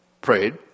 prayed